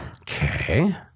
Okay